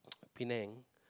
Penang